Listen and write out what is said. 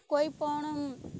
કોઈ પણ આમ